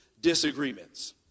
disagreements